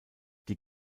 die